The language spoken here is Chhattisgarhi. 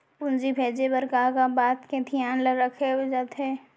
पूंजी भेजे बर का का बात के धियान ल रखे जाथे?